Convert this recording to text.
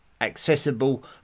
accessible